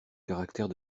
caractère